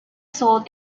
sold